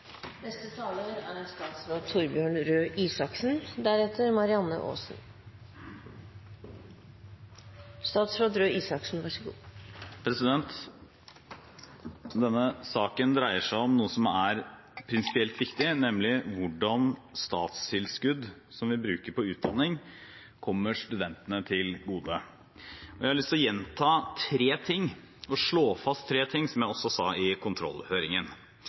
Denne saken dreier seg om noe som er prinsipielt viktig, nemlig hvordan statstilskudd som vi bruker på utdanning, kommer studentene til gode. Jeg har lyst til å gjenta og slå fast tre ting som jeg også sa i kontrollhøringen.